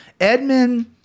Edmund